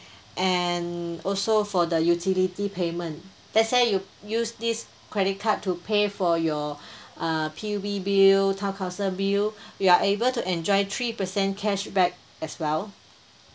and also for the utility payment let's say you use this credit card to pay for your uh P_U_B bill town council bill you are able to enjoy three percent cashback as well